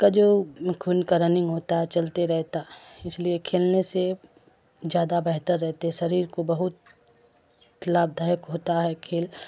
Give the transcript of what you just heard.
کا جو خون کا رننگ ہوتا ہے چلتے رہتا ہے اس لیے کھیلنے سے زیادہ بہتر رہتے شریر کو بہت لابھدایک ہوتا ہے کھیل